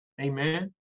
Amen